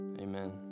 amen